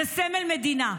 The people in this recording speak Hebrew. זה סמל מדינה.